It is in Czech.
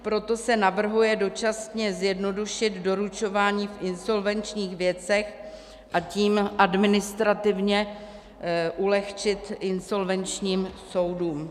Proto se navrhuje dočasně zjednodušit doručování v insolvenčních věcech, a tím administrativně ulehčit insolvenčním soudům.